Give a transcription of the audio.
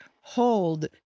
hold